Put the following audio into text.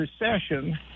recession